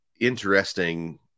interesting